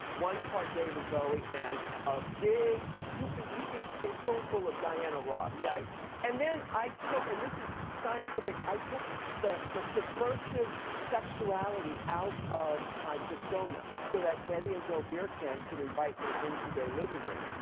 one part david bowie, and a big heaping heaping spoonful of diana ross. yeah and then, i took and this is scientific. i took the the subversive sexuality out of my persona. so that betty and joe beercan could invite me into their living room.